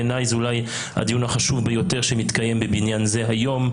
זה אולי הדיון החשוב ביותר שמתקיים בעניין זה היום,